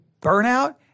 burnout